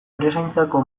erizainentzako